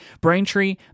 Braintree